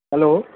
hello